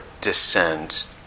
descends